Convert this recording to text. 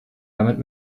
damit